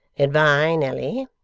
good-bye, nelly.